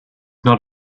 not